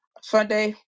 Sunday